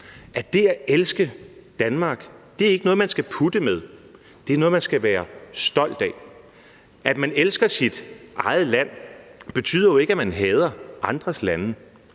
at det at elske Danmark ikke er noget, man skal putte med, det er noget man skal være stolt af. At man elsker sit eget land, betyder jo ikke, at man hader andres lande;